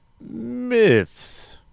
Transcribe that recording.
myths